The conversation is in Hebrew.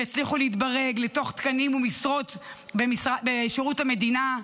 הם יצליחו להתברג לתוך תקנים ומשרות בשירות המדינה.